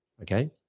Okay